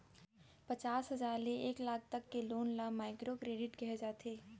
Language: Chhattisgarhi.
पचास हजार ले एक लाख तक लोन ल माइक्रो करेडिट कहे जाथे